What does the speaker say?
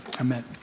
amen